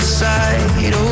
side